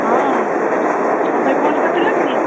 ହଁ କଣ ପାଇଁ ଫୋନ କରିଥିଲେ କି